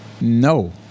No